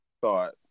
thought